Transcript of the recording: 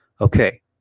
Okay